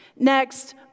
Next